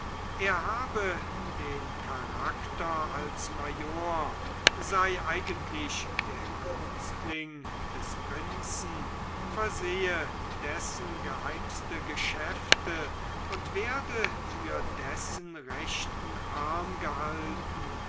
er habe den charakter als major sei eigentlich der günstling des prinzen versehe dessen geheimste geschäfte und werde für dessen rechten arm gehalten